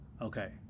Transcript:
okay